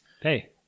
Hey